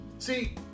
See